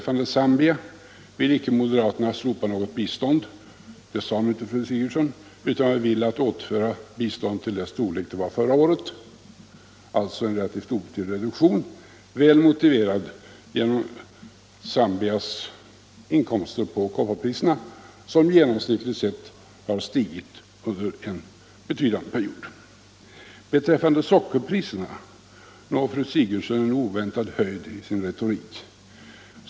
För det andra vill moderaterna icke slopa biståndet till Zambia — det sade inte heller fru Sigurdsen — utan vi vill återföra biståndet till den storlek det hade förra året. Det är en relativt obetydlig reduktion, som är väl motiverad av Zambias inkomster av koppar, där priset genomsnittligt sett har stigit under en betydande period. Vad sedan angår sockerpriserna nådde fru Sigurdsen en oväntad höjd i sin retorik.